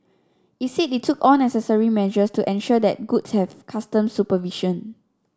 it said it took all necessary measures to ensure that goods have customs supervision